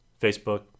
Facebook